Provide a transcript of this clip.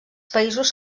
països